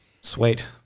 sweet